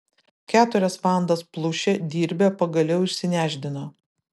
keturias valandas plušę dirbę pagaliau išsinešdino